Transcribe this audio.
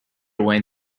when